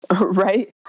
Right